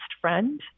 friend